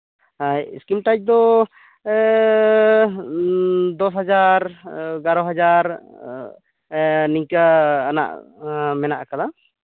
ᱦᱮᱸ screen touch ᱫᱚ ᱫᱚᱥ ᱦᱟᱡᱟᱨ ᱮᱜᱟᱨ ᱦᱟᱡᱟᱨ ᱱᱤᱝᱠᱟᱹᱱᱟᱜ ᱢᱮᱱᱟᱜ ᱟᱠᱟᱫᱟ